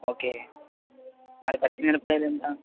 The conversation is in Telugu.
ఓకే మరి పచ్చిమిరపకాయలెంత